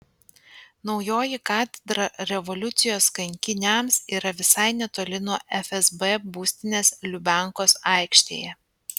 naujoji katedra revoliucijos kankiniams yra visai netoli nuo fsb būstinės lubiankos aikštėje